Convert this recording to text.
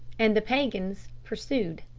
and the peigans pursued.